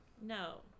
No